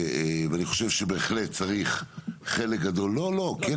ואני חושב שבהחלט צריך חלק גדול --- יש